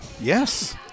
Yes